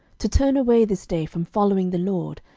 to turn away this day from following the lord,